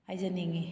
ꯍꯥꯏꯖꯅꯤꯡꯏ